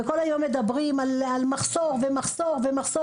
כל היום מדברים על מחסור ומחסור,